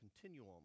continuum